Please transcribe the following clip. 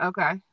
Okay